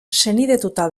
senidetuta